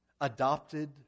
Adopted